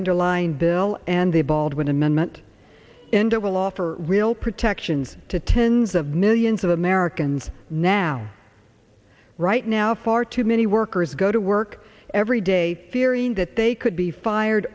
underlying bill and the baldwin amendment enda will offer real protections to tens of millions of americans now right now far too many workers go to work every day fearing that they could be fired